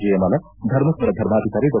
ಜಯಮಾಲಾ ಧರ್ಮಸ್ಥಳ ಧರ್ಮಾಧಿಕಾರಿ ಡಾ